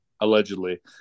Allegedly